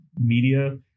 media